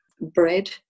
bread